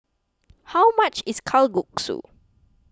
how much is Kalguksu